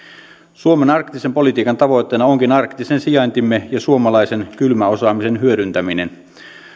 suomen arktisen politiikan tavoitteena onkin arktisen sijaintimme ja suomalaisen kylmäosaamisen hyödyntäminen